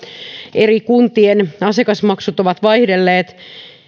eri kuntien asiakasmaksut ovat vaihdelleet niin